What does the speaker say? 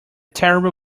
terrible